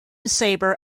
sabre